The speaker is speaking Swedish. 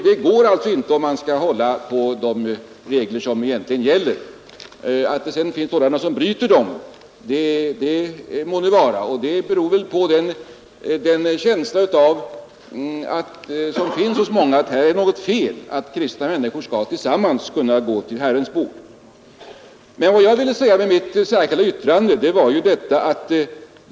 Det går alltså inte om man skall hålla på de regler som gäller. Att det sedan finns sådana som bryter mot dem beror väl på den känsla som finns hos många att här är det något fel; kristna människor skall kunna gå tillsammans till Herrens bord. Vad jag ville säga med mitt särskilda yttrande var följande.